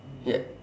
yes